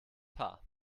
paar